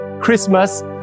Christmas